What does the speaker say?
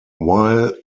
while